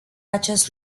acest